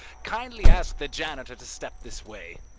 kindly ask the janitor to step this way.